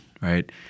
right